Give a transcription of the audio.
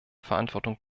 verantwortung